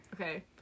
okay